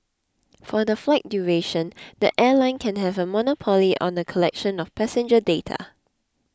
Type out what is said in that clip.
for the flight duration the airline can have a monopoly on the collection of passenger data